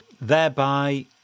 thereby